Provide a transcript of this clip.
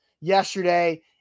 yesterday